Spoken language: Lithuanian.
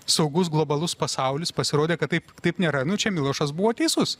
saugus globalus pasaulis pasirodė kad taip taip nėra nu čia milošas buvo teisus